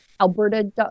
alberta